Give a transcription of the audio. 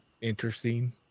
interesting